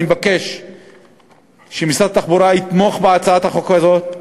אני מבקש שמשרד התחבורה יתמוך בהצעת החוק הזאת.